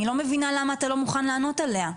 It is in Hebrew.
אני לא מבינה למה אתה לא מוכן לענות עליה.